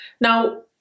now